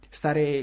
stare